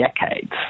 decades